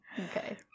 Okay